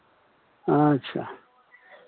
अच्छा